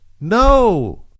No